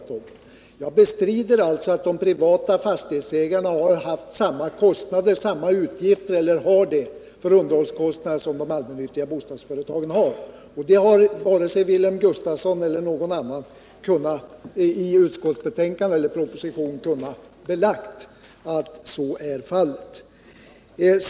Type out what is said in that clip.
Jag bestrider att de privata fastighetsägarna har haft eller har samma utgifter för underhållskostnader som de allmännyttiga bostadsföretagen. Varken Wilhelm Gustafsson eller någon annan, i utskottsbetänkande eller proposition, har kunnat belägga att så är fallet.